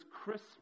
Christmas